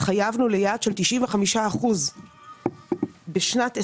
התחייבנו ליעד של 95% בשנת 2030,